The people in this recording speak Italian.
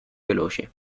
veloci